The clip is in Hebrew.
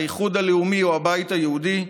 האיחוד הלאומי או הבית היהודי,